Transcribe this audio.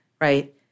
right